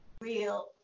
real